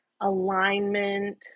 alignment